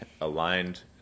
aligned